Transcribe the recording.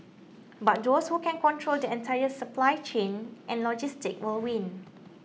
but those who can control the entire supply chain and logistics will win